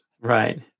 Right